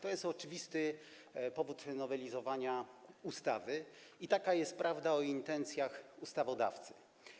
To jest oczywisty powód nowelizowania tej ustawy i taka jest prawda o intencjach ustawodawcy.